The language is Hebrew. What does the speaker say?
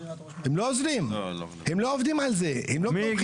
הם לא עוזרים, הם לא עובדים על זה, הם לא פותחים.